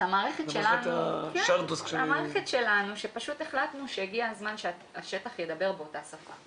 זו המערכת שלנו שפשוט החלטנו שהגיע הזמן שהשטח ידבר באותה שפה